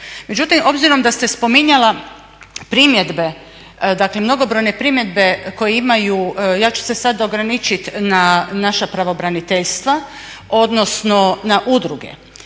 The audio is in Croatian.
Međutim, obzirom da ste spominjala primjedbe, dakle mnogobrojne primjedbe koje imaju, ja ću se sad ograničiti na naša pravobraniteljstva, odnosno na udruge.